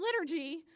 liturgy